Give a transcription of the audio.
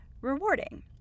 rewarding